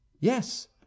Yes